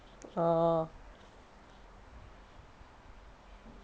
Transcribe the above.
orh